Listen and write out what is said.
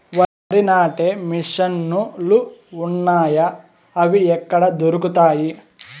వరి నాటే మిషన్ ను లు వున్నాయా? అవి ఎక్కడ దొరుకుతాయి?